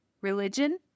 religion